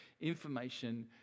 information